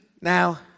Now